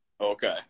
Okay